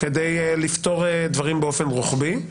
כדי לפתור דברים באופן רוחבי.